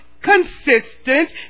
consistent